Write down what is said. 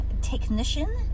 technician